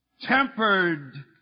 tempered